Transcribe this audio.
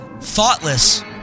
Thoughtless